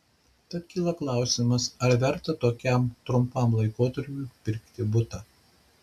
tad kyla klausimas ar verta tokiam trumpam laikotarpiui pirkti butą